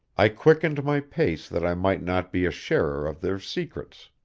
i quickened my pace that i might not be a sharer of their secrets.